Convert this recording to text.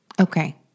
Okay